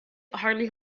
hardly